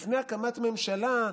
לפני הקמת ממשלה,